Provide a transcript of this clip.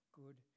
good